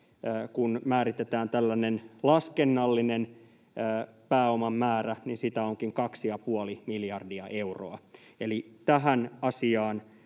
kun määritetään tällainen laskennallinen pääoman määrä, sitä onkin 2,5 miljardia euroa. Eli myöskin tähän asiaan